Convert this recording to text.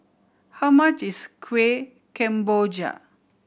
how much is Kuih Kemboja